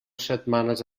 setmanes